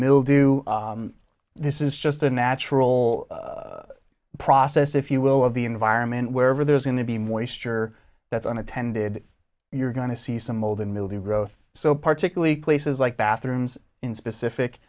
mildew this is just a natural process if you will of the environment wherever there's going to be more easter that's unintended you're going to see some mold and mildew growth so particularly places like bathrooms in specific